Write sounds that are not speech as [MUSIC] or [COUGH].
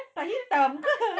[LAUGHS]